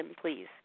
please